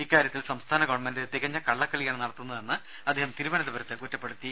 ഇക്കാര്യത്തിൽ സംസ്ഥാന ഗവൺമെന്റ് തികഞ്ഞ കള്ളക്കളിയാണ് നടത്തുന്നതെന്ന് അദ്ദേഹം തിരുവനന്തപുരത്ത് പറഞ്ഞു